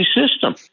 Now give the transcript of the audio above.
system